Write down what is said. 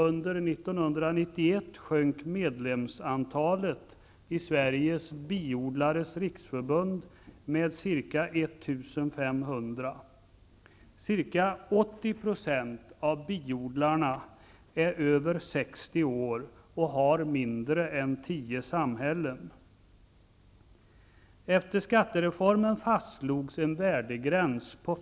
Under Riksförbund med ca 1 500. Ca 80 % av biodlarna är över 60 år och har mindre än 10 bisamhällen.